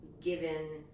given